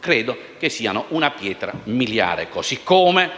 credo siano una pietra miliare, così come